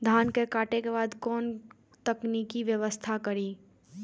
धान के काटे के बाद कोन तकनीकी व्यवस्था करी?